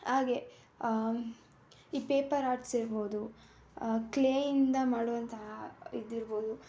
ಹಾಗೆ ಈ paper arts ಇರ್ಬೋದು ಕ್ಲೇಯಿಂದ ಮಾಡುವಂತಹ ಇದಿರ್ಬೋದು